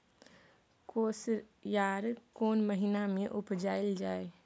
कोसयार कोन महिना मे उपजायल जाय?